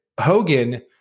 Hogan